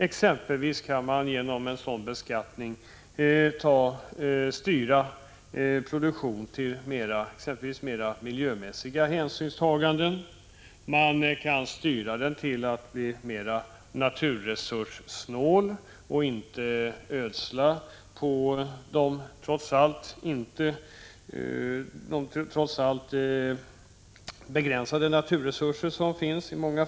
Exempelvis kan man genom en sådan beskattning styra produktionen till områden där större hänsyn tas till miljön. Man kan styra produktionen till att bli mera naturresurssnål, så att man inte ödslar på de i många fall trots allt begränsade naturresurserna.